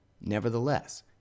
Nevertheless